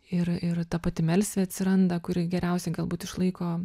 ir ir ta pati melsvė atsiranda kuri geriausiai galbūt išlaiko